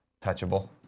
Touchable